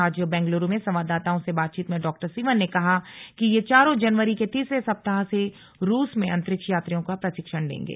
आज बेंगलुरु में संवाददाताओं से बातचीत में डॉक्टर सिवन ने कहा कि ये चारों जनवरी के तीसरे सप्ताह से रूस में अंतरिक्ष यात्रियों का प्रशिक्षण लेंगे